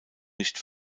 nicht